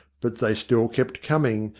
but they still kept coming,